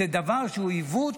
זה דבר שהוא עיוות.